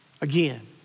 again